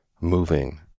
moving